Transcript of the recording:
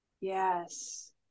yes